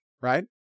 right